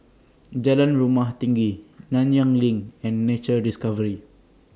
Jalan Rumah Tinggi Nanyang LINK and Nature Discovery